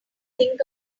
think